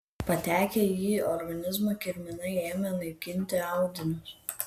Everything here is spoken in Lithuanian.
patekę į organizmą kirminai ėmė naikinti audinius